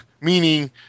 Meaning